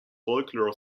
folklore